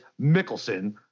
Mickelson